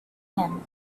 him